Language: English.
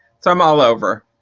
so um all over.